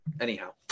anyhow